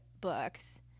books